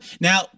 Now